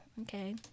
Okay